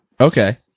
Okay